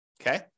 Okay